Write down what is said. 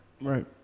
Right